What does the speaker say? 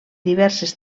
diverses